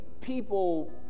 people